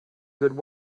good